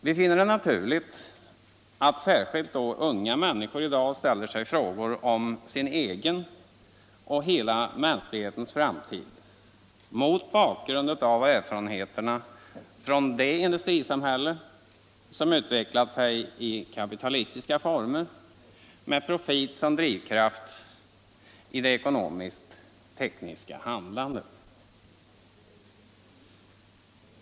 Vi finner det naturligt att särskilt unga människor i dag ställer sig frågor om sin egen och hela mänsklighetens framtid mot bakgrund av erfarenheterna från det industrisamhälle som utvecklat sig i kapitalistiska former med profit som drivkraft i det ekonomisk-tekniska handlandet.